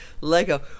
Lego